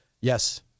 Yes